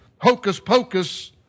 hocus-pocus